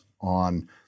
on